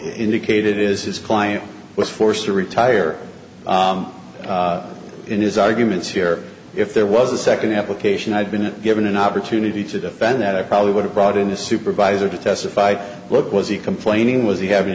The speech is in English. indicated is his client was forced to retire in his arguments here if there was a second application i've been given an opportunity to defend that i probably would have brought in a supervisor to testified what was he complaining was he having